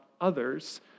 others